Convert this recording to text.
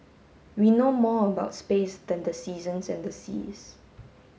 we know more about space than the seasons and the seas